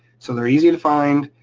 so they're easy to find.